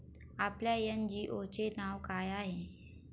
आपल्या एन.जी.ओ चे नाव काय आहे?